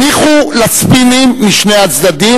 הניחו לספינים משני הצדדים.